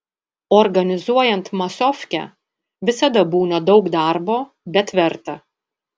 organizuojant masofkę visada būna daug darbo bet verta